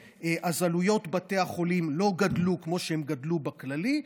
עלויות בתי החולים לא גדלו כמו שהן גדלו בכללי,